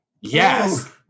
Yes